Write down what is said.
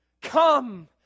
come